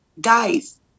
guys